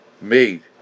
made